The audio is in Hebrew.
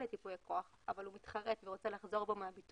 את ייפוי הכוח אבל הוא מתחרט ורוצה לחזור בו מהביטול,